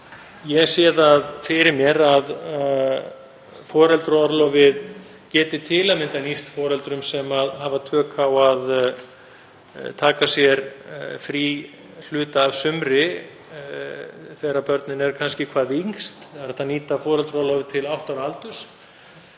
Ég sé fyrir mér að foreldraorlofið geti til að mynda nýst foreldrum sem hafa tök á að taka sér frí hluta af sumri þegar börnin eru kannski hvað yngst. Það er hægt að nýta foreldraorlofið til átta ára aldurs.